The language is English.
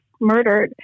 murdered